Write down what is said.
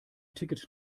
ticket